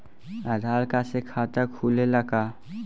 आधार card से खाता खुले ला का?